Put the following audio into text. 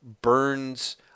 Burns